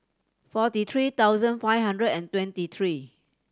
forty three thousand five hundred and twenty three